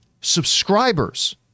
subscribers